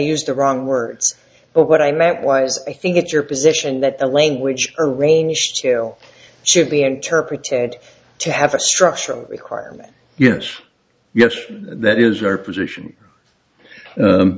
used the wrong words but what i meant was i think it's your position that the language arranged to should be interpreted to have a structure requirement yes yes that is your position